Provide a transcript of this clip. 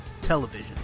television